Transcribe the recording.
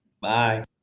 Bye